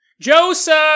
Joseph